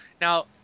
now